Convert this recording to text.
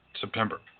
September